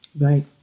Right